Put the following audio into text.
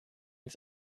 ins